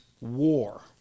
war